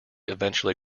eventually